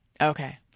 Okay